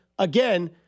Again